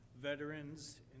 veterans